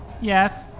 Yes